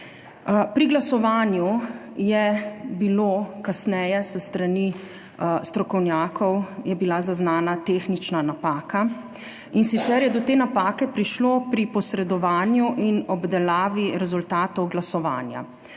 Pri glasovanju je bila kasneje s strani strokovnjakov zaznana tehnična napaka, in sicer je do te napake prišlo pri posredovanju in obdelavi rezultatov glasovanja,